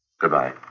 Goodbye